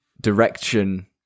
direction